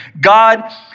god